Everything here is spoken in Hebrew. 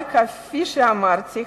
אבל כפי שאמרתי,